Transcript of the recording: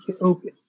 okay